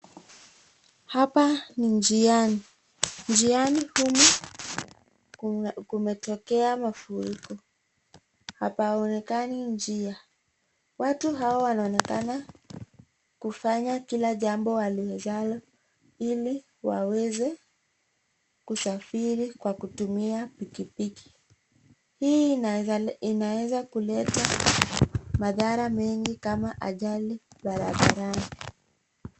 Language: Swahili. Hapa ni njiani, njiani humu kumetokea mafuriko, hapaonekani njia, watu hao wanaonekana kufanya kila jambo waliwezalo, ili waweze kusafiri kwa kutumia pikipiki, hii inaeza kuleta madhara mengi kama ajali barabarani.